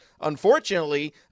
unfortunately